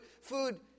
Food